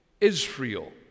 Israel